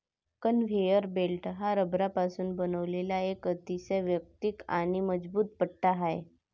conveyor belt हा रबरापासून बनवलेला एक अतिशय वैयक्तिक आणि मजबूत पट्टा आहे